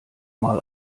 mal